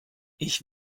ich